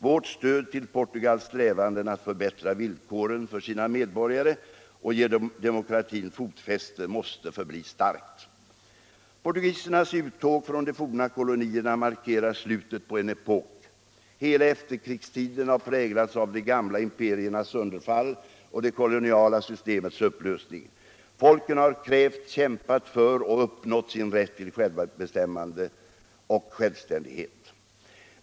Vårt stöd till Portugals strävanden att förbättra villkoren för sina medborgare och ge demokratin fotfäste måste förbli starkt. Portugisernas uttåg från de forna kolonierna markerar slutet på en epok. Hela efterkrigstiden har präglats av de gamla imperiernas sönderfall och det koloniala systemets upplösning. Folken har krävt, kämpat för och uppnått sin rätt till självbestämmande och självständighet.